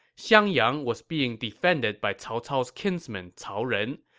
xiangyang was being defended by cao cao's kinsman cao ren,